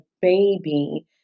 baby